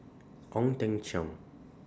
Ong Teng Cheong